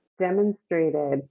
demonstrated